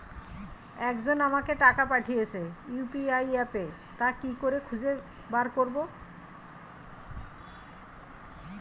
একজন আমাকে টাকা পাঠিয়েছে ইউ.পি.আই অ্যাপে তা কি করে খুঁজে বার করব?